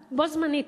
בו-זמנית,